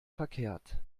verkehrt